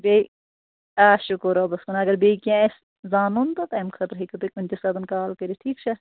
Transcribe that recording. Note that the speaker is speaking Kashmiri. بیٚیہِ آ شُکُر رۄبَس کُن اگر بیٚیہِ کیٚنٛہہ آسہِ زانُن تہٕ تَمہِ خٲطرٕ ہیٚکِو تُہۍ کُنہِ تہِ ساتہٕ کال کٔرِتھ ٹھیٖک چھا